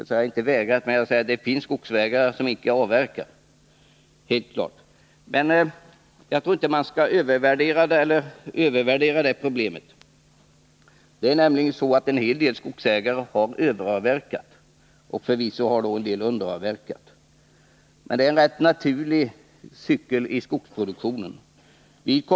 Jag skulle inte vilja uttrycka det så utan säga att det finns skogsägare som inte avverkar. Att det förhåller sig så är helt klart, men jag tror inte att man skall överdriva det problemet. En hel del skogsägare har nämligen överavverkat, och förvisso har då andra underavverkat. Men det är en rätt naturlig cykel i skogsproduktionen.